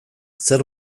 zer